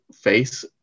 face